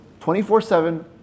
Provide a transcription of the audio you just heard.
24-7